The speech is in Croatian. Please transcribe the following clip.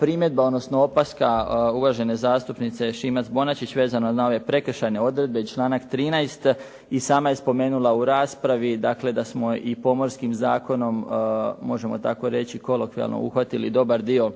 primjedba, odnosno opaska uvažene zastupnice Šimac Bonačić vezano na ove prekršajne odredbe i članak 13. i sama je spomenula u raspravi da smo i Pomorskim zakonom možemo tako reći kolokvijalno uhvatili dobar dio